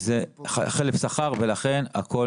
זה חלף שכר ולכן הכול